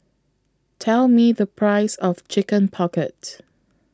Tell Me The Price of Chicken Pocket